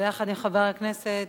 ביחד עם חבר הכנסת